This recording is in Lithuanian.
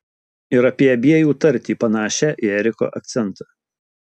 ir apie abiejų tartį panašią į eriko akcentą